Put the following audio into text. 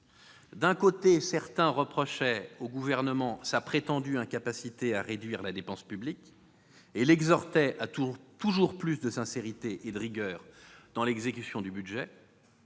d'un côté, certains reprochaient au Gouvernement sa prétendue incapacité à réduire la dépense publique et l'exhortaient à toujours plus de sincérité et de rigueur dans l'exécution du budget,